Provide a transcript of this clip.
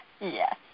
Yes